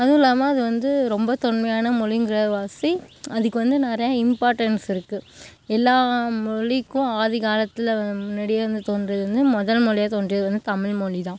அதுவும் இல்லாமல் அது வந்து ரொம்ப தொன்மையான மொழிங்கிறவாசி அதுக்கு வந்து நிறையா இம்பார்ட்டன்ஸ் இருக்குது எல்லா மொழிக்கும் ஆதி காலத்தில் வந் முன்னாடியே வந்து தோன்றியது வந்து முதல் மொழியாக தோன்றியது வந்து தமிழ்மொழி தான்